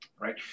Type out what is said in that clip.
right